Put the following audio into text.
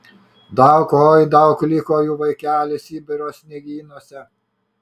daug oi daug liko jų vaikeli sibiro sniegynuose